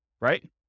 right